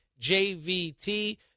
JVT